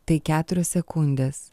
tai keturios sekundės